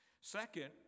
Second